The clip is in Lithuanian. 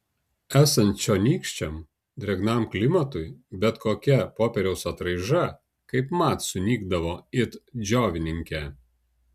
esant čionykščiam drėgnam klimatui bet kokia popieriaus atraiža kaipmat sunykdavo it džiovininkė